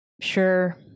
sure